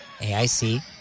AIC